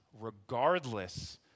regardless